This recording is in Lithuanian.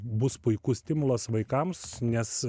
bus puikus stimulas vaikams nes